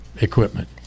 equipment